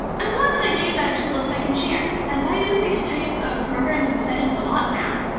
i'm glad that i gave that tool a second chance, as i use these type of programs and settings a lot now.